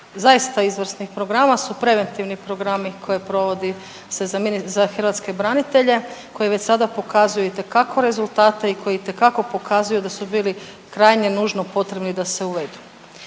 zaista izvrsnih programa su preventivni programi koje provodi se za hrvatske branitelja koji već sada pokazuje itekako rezultate i koji itekako pokazuje da su bili krajnje nužno potrebni da se uvedu.